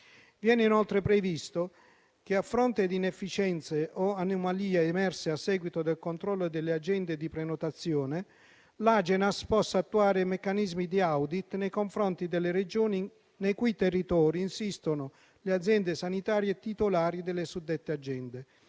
Viene inoltre previsto che, a fronte di inefficienze o anomalie emerse a seguito del controllo delle agende di prenotazione, l'Agenas possa attuare meccanismi di *audit* nei confronti delle Regioni nei cui territori insistono le aziende sanitarie titolari delle suddette agende,